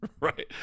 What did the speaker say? Right